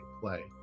play